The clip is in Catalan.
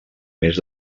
més